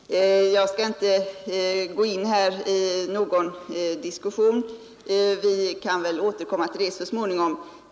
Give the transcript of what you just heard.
Fru talman! Jag skall inte här gå in i någon diskussion; vi kan väl återkomma till det så småningom.